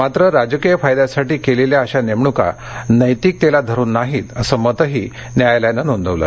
मात्र राजकीय फायद्यासाठी केलेल्या अशा नेमणूका नैतिकतेला धरुन नाहीत असं मतही न्यायालयानं नोंदवलं